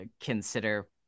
consider